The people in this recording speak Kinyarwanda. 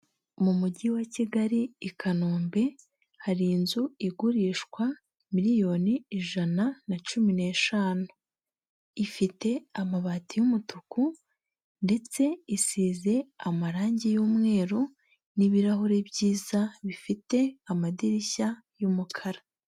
Mu mujyi wa Kigali i Kanombe, hari inzu igurishwa miliyoni ijana na cumi n'eshanu, ifite amabati y'umutuku ndetse isize amarangi y'umweru n'ibirahuri byiza bifite amadirishya y'umukara.